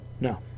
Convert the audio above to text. No